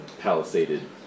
palisaded